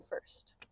first